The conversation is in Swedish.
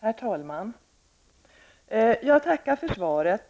Herr talman! Jag tackar för svaret.